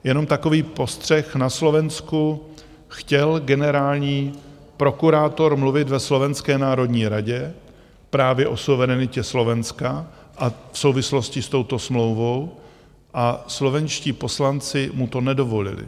Jenom takový postřeh, na Slovensku chtěl generální prokurátor mluvit ve Slovenské národní radě právě o suverenitě Slovenska v souvislosti s touto smlouvou a slovenští poslanci mu to nedovolili.